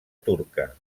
turca